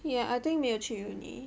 ya I think 没有去 uni